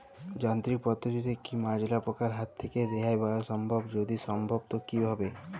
যান্ত্রিক পদ্ধতিতে কী মাজরা পোকার হাত থেকে রেহাই পাওয়া সম্ভব যদি সম্ভব তো কী ভাবে?